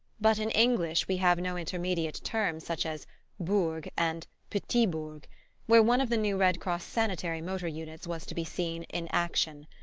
but in english we have no intermediate terms such as bourg and petit bourg where one of the new red cross sanitary motor units was to be seen in action.